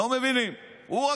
לא מבינים, רק הוא מבין.